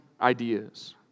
ideas